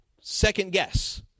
second-guess